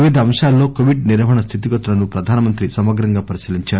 వివిధ అంశాల్లో కొవిడ్ నిర్వహణ స్టితిగతులను ప్రధాన మంత్రి సమగ్రంగా పరిశీలించారు